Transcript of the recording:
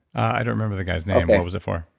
i don't remember the guy's name. what was it for?